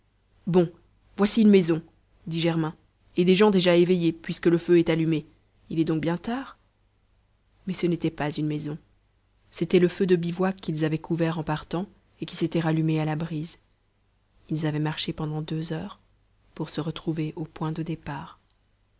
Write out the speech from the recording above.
bon voici une maison dit germain et des gens déjà éveillés puisque le feu est allumé il est donc bien tard mais ce n'était pas une maison c'était le feu de bivouac qu'ils avaient couvert en partant et qui s'était rallumé à la brise ils avaient marché pendant deux heures pour se retrouver au point de départ